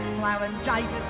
laryngitis